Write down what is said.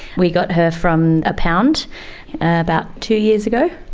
we got her from a pound about two years ago,